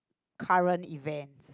current event